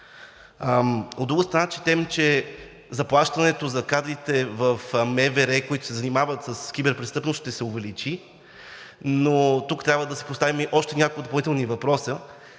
От друга страна, четем, че заплащането на кадрите в МВР, които се занимават с киберпрестъпност, ще се увеличи, но тук трябва да си поставим и още няколко допълнителни въпроса: